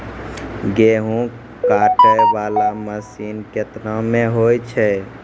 गेहूँ काटै वाला मसीन केतना मे होय छै?